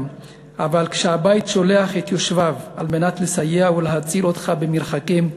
אבל כשהבית שולח את יושביו על מנת לסייע ולהציל אותך במרחקים,